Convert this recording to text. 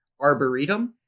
Arboretum